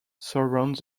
surround